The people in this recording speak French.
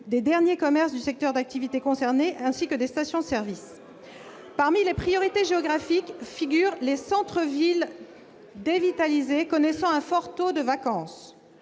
des derniers commerces du secteur d'activité concerné, ainsi que des stations-service. Parmi les priorités géographiques figurent les centres-villes dévitalisés connaissant un fort taux de vacance.